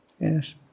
yes